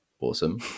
awesome